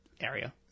area